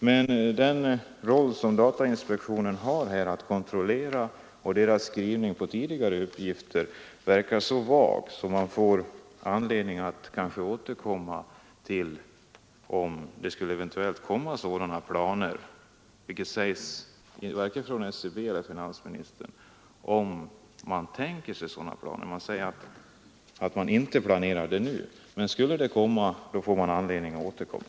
Med tanke på den kontrollerande roll som datainspektionen har och med hänsyn till att dess tidigare skrivning verkar så vag kan det emellertid finnas anledning att återkomma till frågan. Både SCB och finansministern framhåller ju att man inte nu planerar någon samkörning, men skulle någonting sådant planeras för framtiden finns det som sagt anledning att återkomma.